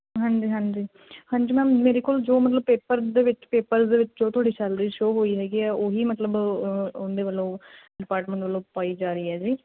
ਹਾਂਜੀ ਹਾਂਜੀ ਹਾਂਜੀ ਮੈਮ ਜੋ ਮੇਰੇ ਕੋਲ ਜੋ ਮਤਲਬ ਪੇਪਰ ਦੇ ਵਿੱਚ ਪੇਪਰ ਦੇ ਵਿੱਚ ਜੋ ਤੁਹਾਡੀ ਸੈਲਰੀ ਸ਼ੋ ਹੋਈ ਹੈਗੀ ਆ ਉਹ ਹੀ ਮਤਲਬ ਉਹਦੇ ਵੱਲੋਂ ਡਿਪਾਰਟਮੈਂਟ ਵੱਲੋਂ ਪਾਈ ਜਾ ਰਹੀ ਹੈ ਜੀ